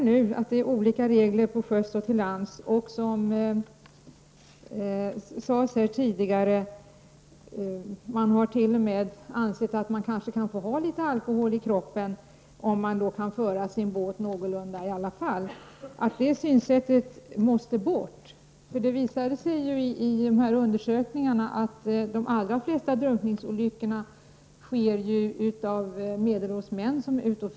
Nu gäller olika regler till sjöss och till lands, och det har, som det har sagts här tidigare, t.o.m. ansetts att man kan få ha litet alkohol i kroppen om man kan föra sin båt någorlunda i alla fall. Det synsättet måste bort. Det visade sig ju vid undersökningar som gjorts att det vid de allra flesta drunkningsolyckorna är medelålders män som är inblandade.